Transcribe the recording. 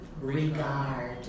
Regard